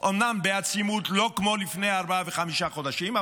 אומנם לא בעצימות כמו לפני ארבעה וחמישה חודשים,